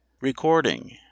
Recording